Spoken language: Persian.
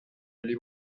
فکلی